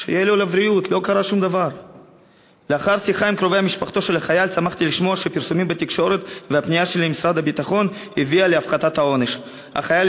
אבל הוא